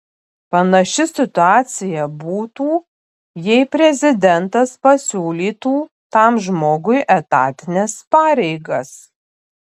panaši situacija būtų jei prezidentas pasiūlytų tam žmogui etatines pareigas